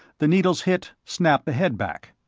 the needles hit, snapped the head back.